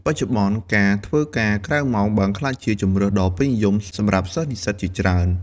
បច្ចុប្បន្ន ការធ្វើការក្រៅម៉ោងបានក្លាយជាជម្រើសដ៏ពេញនិយមសម្រាប់សិស្សនិស្សិតជាច្រើន។